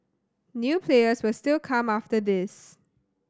new players will still come after this